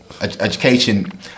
education